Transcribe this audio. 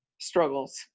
struggles